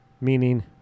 meaning